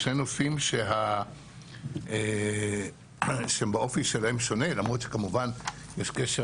שהם באופי שלהם שונה למרות שכמובן יש קשר